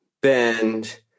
bend